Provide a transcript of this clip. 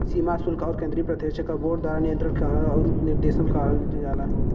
सीमा शुल्क आउर केंद्रीय प्रत्यक्ष कर बोर्ड द्वारा नियंत्रण आउर निर्देशन किहल जाला